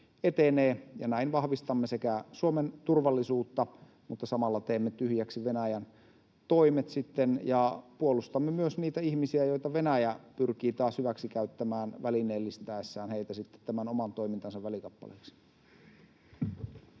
Näin vahvistamme Suomen turvallisuutta, mutta samalla teemme tyhjäksi Venäjän toimet ja puolustamme myös niitä ihmisiä, joita Venäjä taas pyrkii hyväksikäyttämään välineellistäessään heitä tämän oman toimintansa välikappaleiksi.